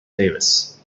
davis